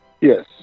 Yes